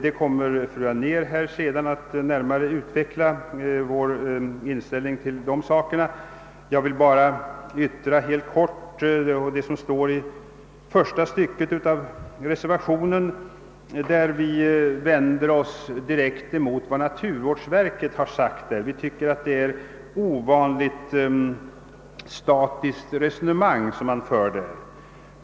Fru Anér kommer senare att utveckla våra synpunkter på den frågan, och jag vill bara helt kortfattat säga några ord om första stycket i reservationen, där vi vänder oss direkt mot vad naturvårdsverket uttalat. Vi tycker att verket för ett ovanligt statiskt resonemang.